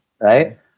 right